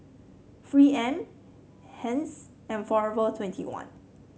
Three M Heinz and Forever twenty one